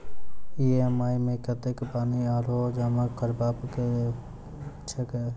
EMI मे कतेक पानि आओर जमा करबाक छैक?